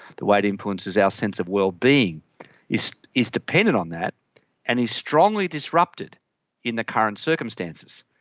the way it influences our sense of well-being is is dependent on that and is strongly disrupted in the current circumstances.